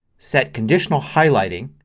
set conditional highlighting,